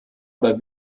oder